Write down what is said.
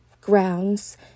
grounds